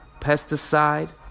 pesticide